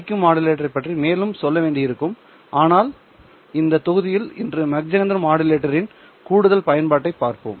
Q மாடுலேட்டரைப் பற்றி மேலும் சொல்ல வேண்டியிருக்கும் ஆனால் ஆனால் இந்த தொகுதியில் இன்று மாக்ஹெண்டர் மாடுலேட்டரின் கூடுதல் பயன்பாட்டைப் பார்ப்போம்